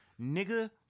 Nigga